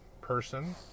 person